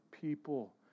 people